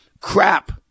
crap